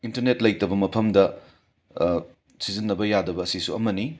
internet ꯂꯩꯇꯕ ꯃꯐꯝꯗ ꯁꯤꯖꯟꯅꯕ ꯌꯥꯗꯕ ꯑꯁꯤꯁꯨ ꯑꯃꯅꯤ